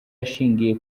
ashingiye